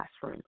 classroom